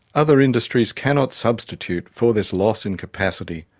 other industries cannot substitute for this loss in capacity.